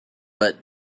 but